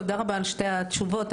תודה על שתי התשובות.